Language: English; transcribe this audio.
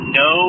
no